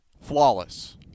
flawless